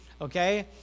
okay